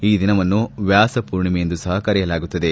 ಈ ದಿನವನ್ನು ವ್ಯಾಸಪೂರ್ಣಿಮೆ ಎಂದು ಸಹ ಕರೆಯಲಾಗುತ್ತದೆ